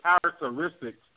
characteristics